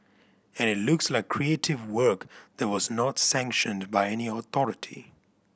and it looks like creative work that was not sanctioned by any authority